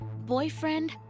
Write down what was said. Boyfriend